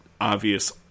obvious